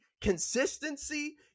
consistency